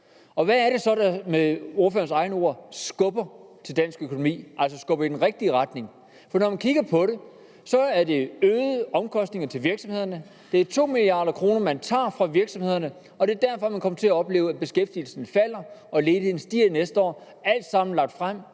Hvad er det så, der med ordførerens egne ord skubber til dansk økonomi, altså skubber i den rigtige retning? Når man kigger på det, kan man se, at der er øgede omkostninger for virksomhederne, det er 2 mia. kr., man tager fra virksomhederne. Og det er derfor, man kommer til at opleve, at beskæftigelsen falder og ledigheden stiger næste år, alt sammen lagt frem